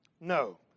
No